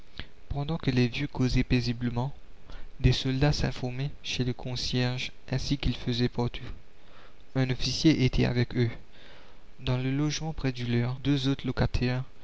pendant que les vieux causaient paisiblement des soldats s'informaient chez le concierge ainsi qu'ils faisaient partout un officier était avec eux dans le logement près du leur deux autres locataires